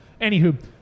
Anywho